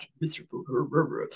miserable